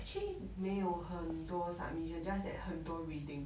actually 没有很多 submission just that 很多 reading